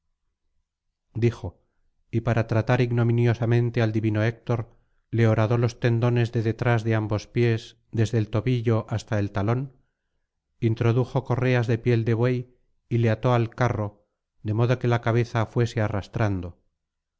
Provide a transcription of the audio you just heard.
dijo y para tratar ignominiosamente al divino héctor le horadó los tendones de detrás de ambos pies desde el tobillo hasta el talón introdujo correas de piel de buey y le ató al carro de modo que la cabeza fuese arrastrando